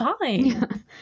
fine